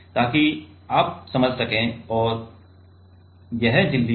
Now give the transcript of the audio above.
ताकि आप समझ सकें और यह झिल्ली है